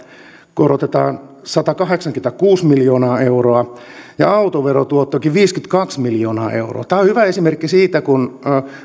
korotetaan satakahdeksankymmentäkuusi miljoonaa euroa ja autoverotuottoakin viisikymmentäkaksi miljoonaa euroa tämä on hyvä esimerkki siitä että kun